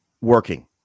working